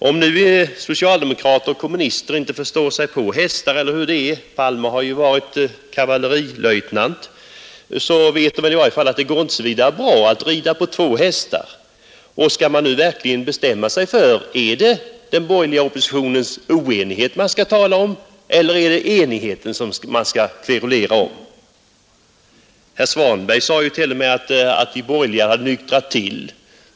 Om nu socialdemokrater och kommunister inte förstår sig på hästar — herr Palme har dock varit kavallerilöjtnant — vet de i varje fall att det inte går så bra att rida på två hästar. Man får verkligen bestämma sig för om det är den borgerliga oppositionens oenighet eller enighet som man skall tala om. Herr Svanberg sade t.o.m. att de borgerliga hade nyktrat till.